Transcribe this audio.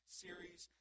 series